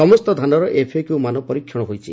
ସମସ୍ତ ଧାନ ଏଫକ୍ୟ ମାନ ପରୀକ୍ଷଣ ହୋଇଛି